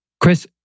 Chris